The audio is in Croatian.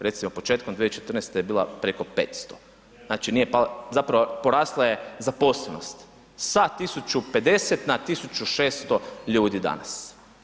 Recimo početkom 2014. je bila preko 500, znači nije pala, zapravo porasla je zaposlenost sa 1050 na 1600 ljudi danas.